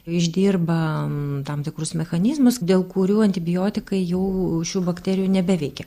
išdirba tam tikrus mechanizmus dėl kurių antibiotikai jau šių bakterijų nebeveikia